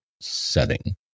setting